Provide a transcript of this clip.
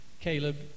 Caleb